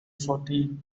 fourteen